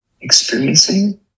experiencing